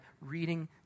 reading